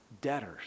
debtors